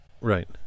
Right